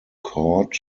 court